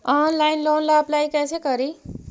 Online loan ला apply कैसे करी?